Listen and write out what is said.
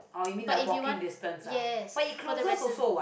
but if you want yes for the resis~